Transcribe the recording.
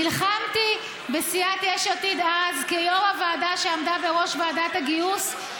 נלחמתי בסיעת יש עתיד אז כיו"ר הוועדה שעמדה בראש ועדת הגיוס,